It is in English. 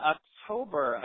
October